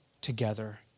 together